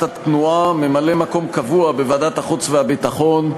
התנועה: ממלא-מקום קבוע בוועדת החוץ והביטחון,